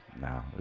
No